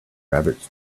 rabbits